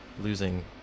losing